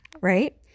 right